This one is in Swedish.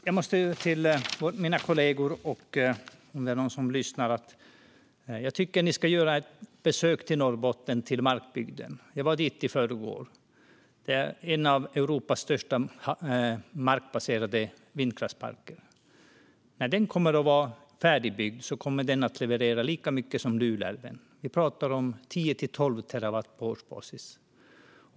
Jag måste säga till mina kollegor och andra som lyssnar att jag tycker att ni ska besöka Markbygden i Norrbotten. Jag var där i förrgår. Det är en av Europas största markbaserade vindkraftsparker. När den är färdigbyggd kommer den att leverera lika mycket som Luleälven. Vi talar om tio till tolv terawatt på årsbasis.